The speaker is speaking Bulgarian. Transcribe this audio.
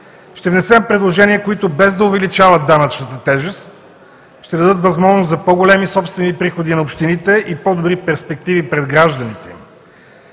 ще внесем предложения, които, без да увеличават данъчната тежест, ще дадат възможност за по-големи собствени приходи на общините и по добри перспективи пред гражданите